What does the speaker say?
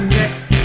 next